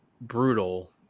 brutal